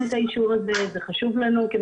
בדיוק.